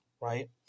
Right